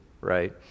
right